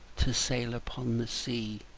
to sail upon the sea?